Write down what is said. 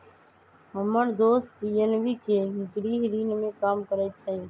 हम्मर दोस पी.एन.बी के गृह ऋण में काम करइ छई